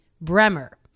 Bremer